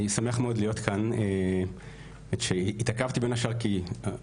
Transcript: אני שמח מאוד להיות כאן והתעכבתי בין השאר כי נתקעתי